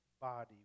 body